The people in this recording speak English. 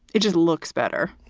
it just looks better.